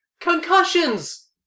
Concussions